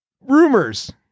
rumors